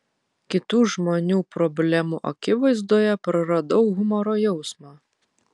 kitų žmonių problemų akivaizdoje praradau humoro jausmą